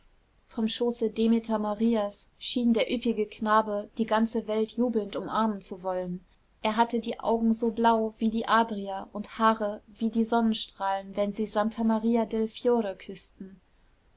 vom schoße demeter marias schien der üppige knabe die ganze welt jubelnd umarmen zu wollen er hatte die augen so blau wie die adria und haare wie die sonnenstrahlen wenn sie santa maria del fiore küßten